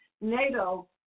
NATO